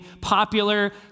popular